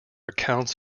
accounts